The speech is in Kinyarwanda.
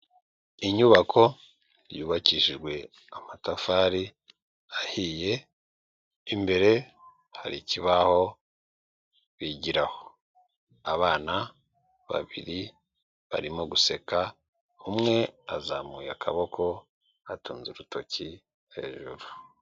Inyubako yubakishijwe amatafari ahiye, imbere hari ikibaho bigiraho, abana babiri barimo guseka umwe azamuye akaboko atunze urutoki hejuru.